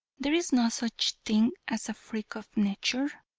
there is no such thing as a freak of nature,